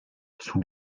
sous